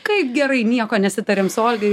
kaip gerai nieko nesitarėm su olgai